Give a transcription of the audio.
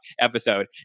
episode